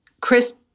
Chris